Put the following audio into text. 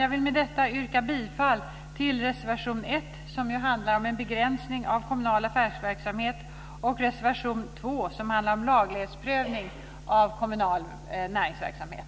Jag vill med detta yrka bifall till reservation nr 1, som handlar om en begränsning av kommunal affärsverksamhet och till reservation nr 2, som handlar om laglighetsprövning av kommunal näringsverksamhet.